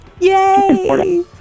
Yay